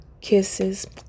kisses